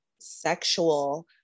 sexual